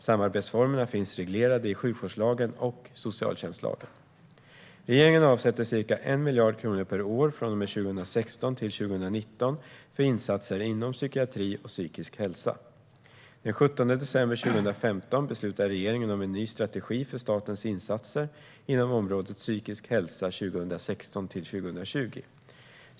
Samarbetsformerna finns reglerade i sjukvårdslagen och socialtjänstlagen. Regeringen avsätter ca 1 miljard kronor per år under 2016-2019 för insatser inom psykiatri och psykisk hälsa. Den 17 december 2015 beslutade regeringen om en ny strategi för statens insatser inom området psykisk hälsa 2016-2020.